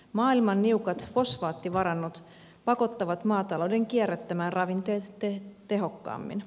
maailman niukat fosfaattivarannot pakottavat maatalouden kierrättämään ravinteet tehokkaammin